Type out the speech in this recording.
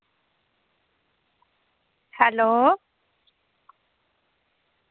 hello